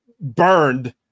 burned